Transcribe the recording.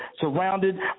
surrounded